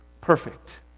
perfect